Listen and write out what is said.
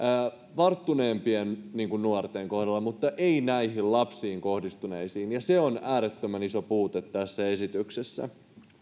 varttuneempien nuorten kohdalla mutta ei puutu näihin lapsiin kohdistuneisiin ja se on äärettömän iso puute tässä esityksessä